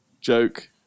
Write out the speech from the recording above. joke